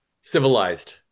Civilized